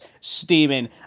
steaming